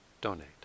donate